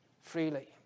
freely